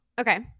Okay